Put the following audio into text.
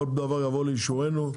כל דבר יבוא לאישורנו,